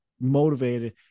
motivated